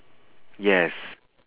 yes